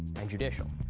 and judicial.